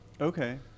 okay